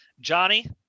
Johnny